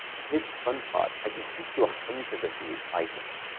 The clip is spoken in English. and here's the fun part. i can teach you a hundred of these items,